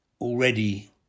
already